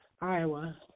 Iowa